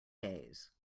days